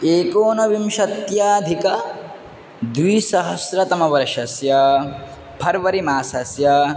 एकोनविंशत्यधिक द्विसहस्रतमवर्षस्य फर्वरि मासस्य